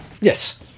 Yes